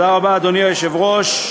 אדוני היושב-ראש,